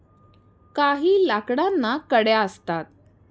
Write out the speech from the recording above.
काही लाकडांना कड्या असतात